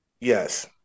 Yes